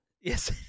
Yes